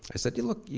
i said, yeah look, yeah